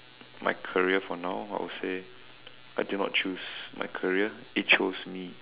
my career for now I'll say I did not choose my career it choose me